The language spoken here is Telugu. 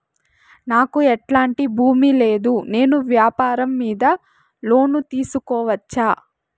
నాకు ఎట్లాంటి భూమి లేదు నేను వ్యాపారం మీద లోను తీసుకోవచ్చా?